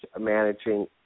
managing